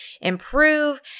improve